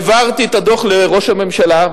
העברתי את הדוח לראש הממשלה,